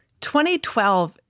2012